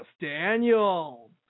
Daniel